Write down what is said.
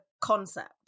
concept